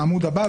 בעמוד הבא,